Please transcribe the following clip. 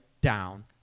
down